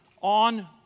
on